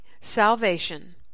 salvation